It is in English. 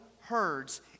herds